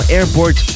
Airport